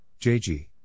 JG